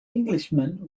englishman